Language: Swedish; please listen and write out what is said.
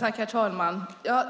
Herr talman!